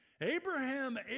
Abraham